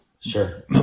Sure